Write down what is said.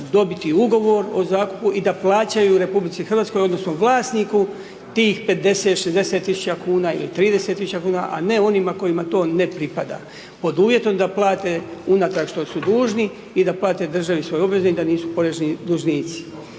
dobiti ugovor o zakupu i da plaćaju RH odnosno vlasniku tih 50, 60 tisuća kuna ili 30 tisuća kuna, a ne onima kojima to ne pripada, pod uvjetom da plate unatrag što su dužni i da plate državi svoje obveze i da nisu porezni dužnici.